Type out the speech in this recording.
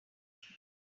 family